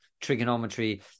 Trigonometry